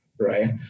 right